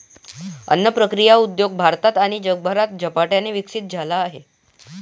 अन्न प्रक्रिया उद्योग भारतात आणि जगभरात झपाट्याने विकसित झाला आहे